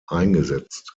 eingesetzt